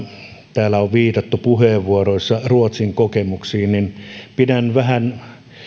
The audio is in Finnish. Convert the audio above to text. täällä on viitattu puheenvuoroissa ruotsin kokemuksiin pidän vähän